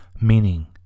meaning